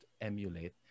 emulate